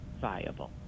viable